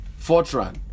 Fortran